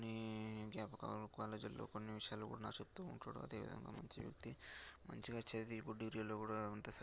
కొన్నీ జ్ఞాపకాలు కాలేజీలో కొన్ని విషయాలు కూడా నాకు చెప్తు ఉంటాడు అదే విధంగా మంచి వ్యక్తి మంచిగా చదివి ఇప్పుడు డ్యూటిలో కూడా ఉంత